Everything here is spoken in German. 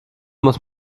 muss